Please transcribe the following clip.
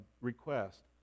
request